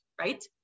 right